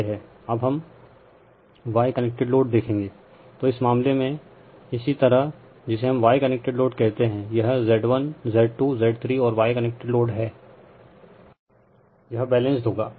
अब हम Y connected load देखेंगेl तो इस मामले में इसी तरह जिसे हम Y कनेक्टेड लोड कहते हैं यह Z1Z2Z3 और Y कनेक्टेड लोड है यह बैलेंस्ड होगा